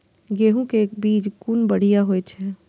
गैहू कै बीज कुन बढ़िया होय छै?